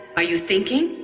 are you thinking?